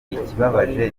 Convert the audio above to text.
ikibabaje